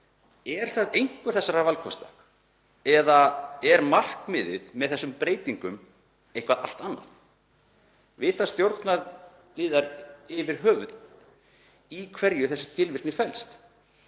Er það einhver þessara valkosta eða er markmiðið með þessum breytingum eitthvað allt annað? Vita stjórnarliðar yfir höfuð í hverju þessi skilvirkni felst?